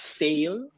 sale